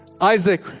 Isaac